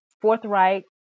forthright